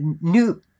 new